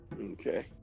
Okay